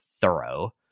thorough